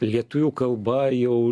lietuvių kalba jau